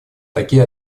такие